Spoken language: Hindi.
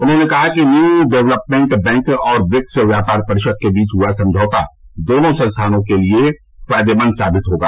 उन्होंने कहा कि न्यू डेवलपमेंट बैंक और ब्रिक्स व्यापार परिषद के बीच हुआ समझौता दोनों संस्थाओं के लिए फायदेमंद साबित होगा